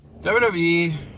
WWE